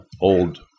old